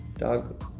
dog,